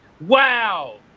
Wow